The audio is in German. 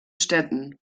städten